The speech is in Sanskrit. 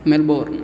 मेल्बोर्न्